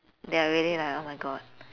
they're really like oh my god